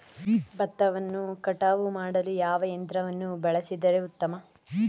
ಭತ್ತವನ್ನು ಕಟಾವು ಮಾಡಲು ಯಾವ ಯಂತ್ರವನ್ನು ಬಳಸಿದರೆ ಉತ್ತಮ?